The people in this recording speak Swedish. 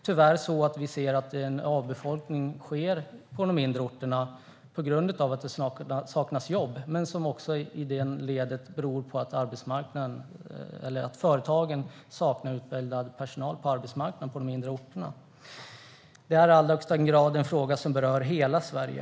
Tyvärr ser vi en avfolkning av de mindre orterna på grund av att det saknas jobb. Det i sin tur beror också på att företagen saknar utbildad personal på arbetsmarknaden på de mindre orterna. Detta är i allra högsta grad en fråga som berör hela Sverige.